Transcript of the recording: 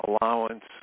allowance